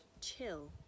chill